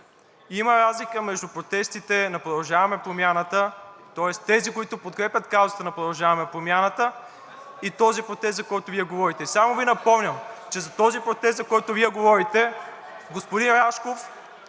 Има разлика между протестите на „Продължаваме Промяната“, тоест тези, които подкрепят каузата на „Продължаваме Промяната“, и протеста, за който Вие говорите. Само Ви напомням, че за този протест, за който Вие говорите, господин Рашков